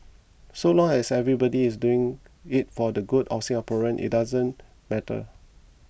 so long as everybody is doing it for the good of Singaporean it doesn't matter